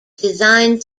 design